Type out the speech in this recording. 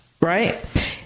right